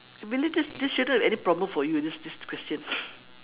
I believe this this shouldn't be any problem for you this this question